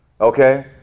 okay